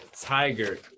Tiger